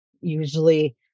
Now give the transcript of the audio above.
usually